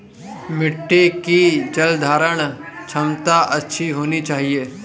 मिट्टी की जलधारण क्षमता अच्छी होनी चाहिए